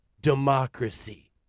democracy